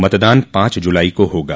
मतदान पांच जुलाई को होगा